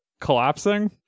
collapsing